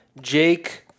Jake